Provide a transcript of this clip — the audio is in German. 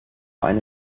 eine